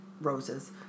roses